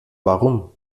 warum